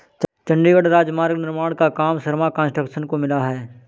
चंडीगढ़ राजमार्ग निर्माण का काम शर्मा कंस्ट्रक्शंस को मिला है